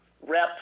Rep